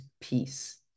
peace